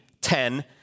Ten